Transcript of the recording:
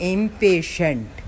Impatient